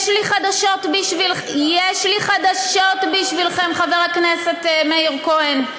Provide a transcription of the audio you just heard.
יש לי חדשות בשביל, החברים שלך.